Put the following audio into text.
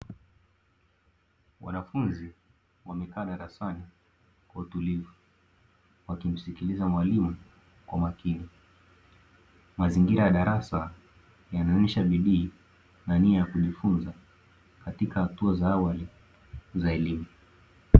Wanafunzi wamekaa darasani kwa utulivu wakimsikiliza mwalimu kwa umakini. mazingira ya darasa yanaonesha bidii na nia ya kujifunza katika hatua za awali za elimu.